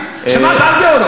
מה אני אגיד לך.